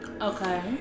Okay